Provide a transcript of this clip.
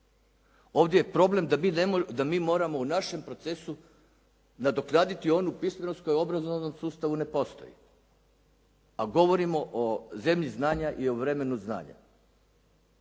Ovdje je problem da mi moramo u našem procesu nadoknaditi onu pismenost koja u obrazovnom sustavu ne postoji a govorimo o zemlji znanja i o vremenu znanja.